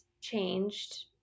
changed